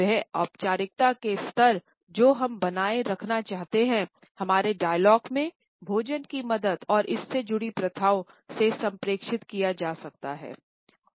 वह औपचारिकता के स्तर जो हम बनाए रखना चाहते हैं हमारे डायलाग मेंभोजन की मदद और इससे जुड़ी प्रथाओं से संप्रेषित किया जा सकते हैं